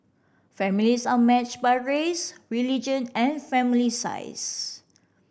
families are matched by race religion and family size